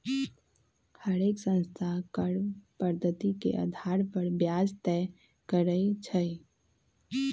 हरेक संस्था कर्व पधति के अधार पर ब्याज तए करई छई